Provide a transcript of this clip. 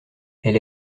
elle